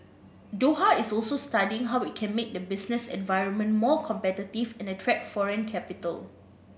Doha is also studying how it can make the business environment more competitive and attract foreign capital